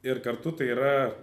ir kartu tai yra